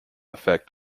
effect